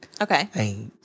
Okay